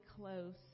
close